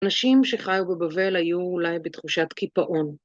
נשים שחיו בבבל היו אולי בתחושת קיפאון.